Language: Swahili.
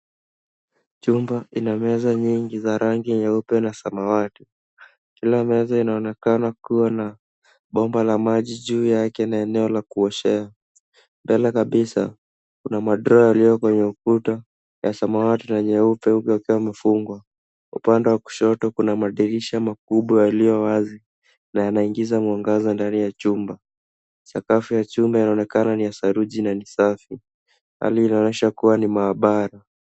Chumba ina meza nyingi za rangi nyeupe na samawati. Kila meza inaonekana kuwa na bomba la maji juu yake na eneo la kuoshea. Mbele kabisa kuna ma drawer yaliyo kwenye ukuta ya samawati na nyeupe huku yakiwa yamefungwa. Upande wa kushoto kuna madirisha makubwa yaliyo wazi na yanaingiza mwangaza ndani ya chumba. Sakafu ya chumba inaonekana ni ya saruji na ni safi. Hali inaonyesha kuwa ni maabara.